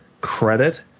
credit